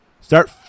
start